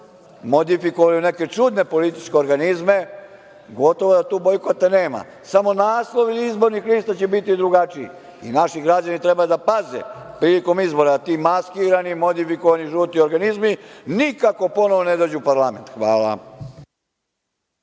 modifikuju neke čudne političke organizme, gotovo da tu bojkota nema samo naslov i izborni lista će biti drugačiji. Naši građani treba da paze prilikom izbora, ti maskirani, modifikovani, žuti organizmi nikako ponovo da ne dođu u parlament. Hvala.